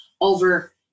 over